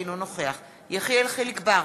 אינו נוכח יחיאל חיליק בר,